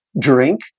drink